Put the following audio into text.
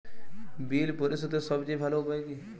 বিল পরিশোধের সবচেয়ে ভালো উপায় কী?